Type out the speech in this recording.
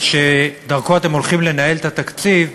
שדרכו אתם הולכים לנהל את התקציב,